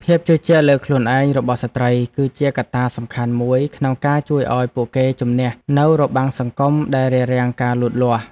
ភាពជឿជាក់លើខ្លួនឯងរបស់ស្ត្រី គឺជាកត្តាសំខាន់មួយក្នុងការជួយឱ្យពួកគេជម្នះនូវរបាំងសង្គមដែលរារាំងការលូតលាស់។